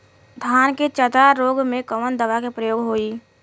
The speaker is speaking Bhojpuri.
धान के चतरा रोग में कवन दवा के प्रयोग होई?